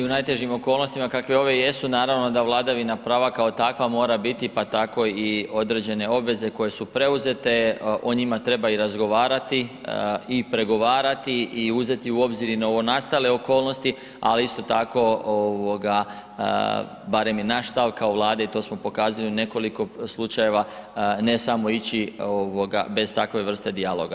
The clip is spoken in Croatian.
I u najtežim okolnostima kakve ove jesu, naravno da vladavina prava kao takva mora biti pa tako i određene obveze koje su preuzete, o njima treba i razgovarati i pregovarati i uzeti u obzir i novonastale okolnosti ali isto tako, barem je naš stav kao Vlade i to smo pokazali u nekoliko slučajeva, ne samo ići bez takve vrste dijaloga.